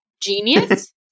genius